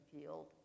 field